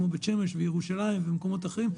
כמו בית שמש וירושלים ומקומות אחרים,